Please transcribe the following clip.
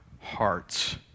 hearts